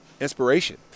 inspiration